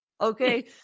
Okay